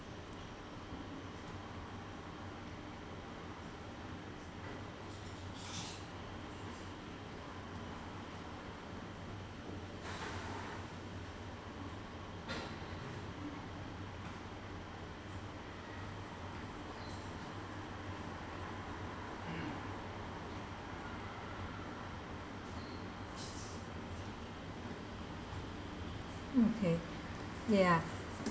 hmm okay ya